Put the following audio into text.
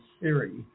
theory